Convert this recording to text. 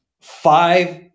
five